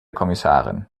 kommissarin